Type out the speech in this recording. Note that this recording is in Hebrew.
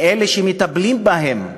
מאלה שהם מטפלים בהם.